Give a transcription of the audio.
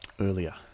earlier